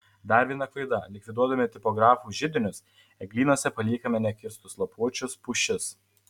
dar viena klaida likviduodami tipografų židinius eglynuose paliekame nekirstus lapuočius pušis